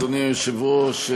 אדוני היושב-ראש,